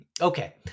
okay